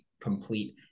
complete